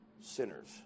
sinners